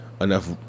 enough